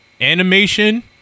animation